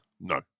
no